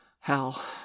Hell